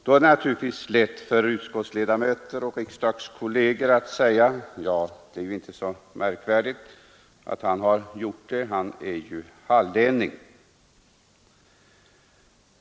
Det är naturligtvis lätt för utskottsledamöter och riksdagskolleger att säga: Ja, det är inte så märkvärdigt att han har gjort det — han är ju hallänning.